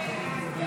לא